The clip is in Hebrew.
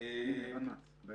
האם קופת חולים לאומית עוסקת בזה.